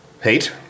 Hate